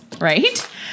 right